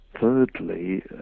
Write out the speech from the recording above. thirdly